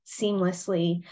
seamlessly